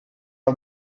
are